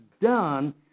done